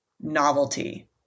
novelty